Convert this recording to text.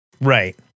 right